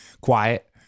Quiet